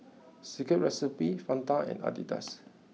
Secret Recipe Fanta and Adidas